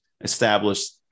established